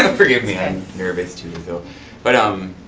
ah forgive me, i'm nervous too so but um